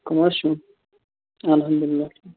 کَم حظ چھِو اَلحَمدُاللہ